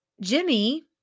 Jimmy